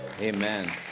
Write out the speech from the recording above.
Amen